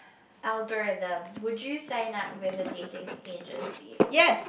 algorithm would you sign up with a dating agency